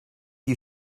you